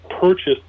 purchased